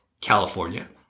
California